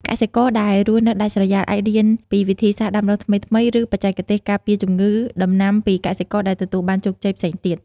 កសិករដែលរស់នៅដាច់ស្រយាល អាចរៀនពីវិធីសាស្ត្រដាំដុះថ្មីៗ ឬបច្ចេកទេសការពារជំងឺដំណាំពីកសិករដែលទទួលបានជោគជ័យផ្សេងទៀត។